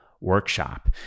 workshop